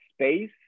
space